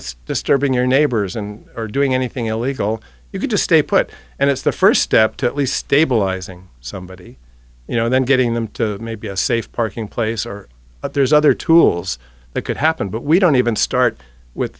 just disturbing your neighbors and or doing anything illegal you could just stay put and it's the first step to at least stabilizing somebody you know then getting them to maybe a safe parking place or there's other tools that could happen but we don't even